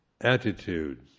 attitudes